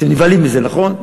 אתם נבהלים מזה, נכון?